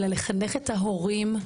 אלא לחנך את ההורים,